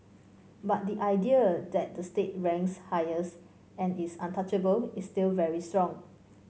but the idea that the state ranks highest and is untouchable is still very strong